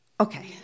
Okay